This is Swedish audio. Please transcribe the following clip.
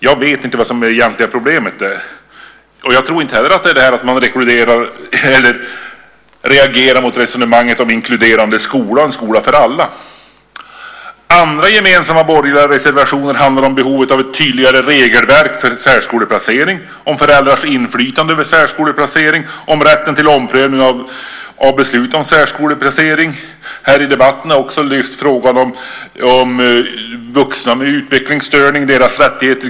Jag vet inte vad som är det egentliga problemet. Jag tror inte att det är att man reagerar mot resonemanget om inkluderande skola, en skola för alla. Andra gemensamma borgerliga reservationer handlar om behovet av ett tydligare regelverk för särskoleplacering, om föräldrars inflytande vid särskoleplacering, om rätten till omprövning av beslut om särskoleplacering. Här i debatten har frågan om rättigheterna till grundläggande utbildning för vuxna med utvecklingsstörning lyfts fram.